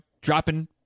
dropping